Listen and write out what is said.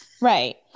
Right